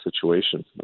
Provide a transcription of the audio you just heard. situation